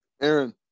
Aaron